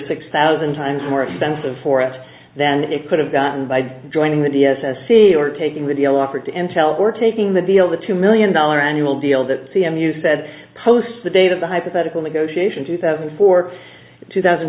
six thousand times more expensive for us than it could have gotten by joining the d s s c or taking the deal offered to intel or taking the deal the two million dollar annual deal that cmu said post date of the hypothetical negotiation two thousand for two thousand